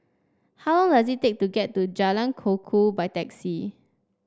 how long does it take to get to Jalan Kukoh by taxi